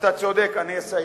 אתה צודק, אני אסיים.